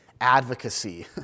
advocacy